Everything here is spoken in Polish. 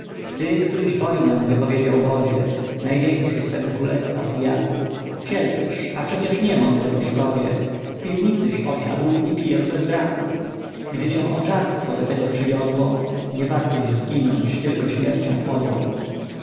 ty któryś wojnę wypowiedział wodzie największy swego królestwa pijaku cierpisz a przecie nie mądry po szkodzie w piwnicyś osiadł i pijesz bez braku gdy cię obżarstwo do tego przywiodło nie warteś zginąć tylko śmiercią podłą